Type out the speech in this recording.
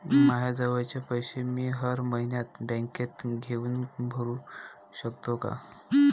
मायाजवळचे पैसे मी हर मइन्यात बँकेत येऊन भरू सकतो का?